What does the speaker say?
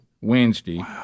Wednesday